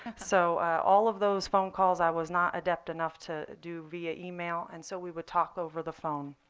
so all of those phone calls i was not adept enough to do via email. and so we would talk over the phone.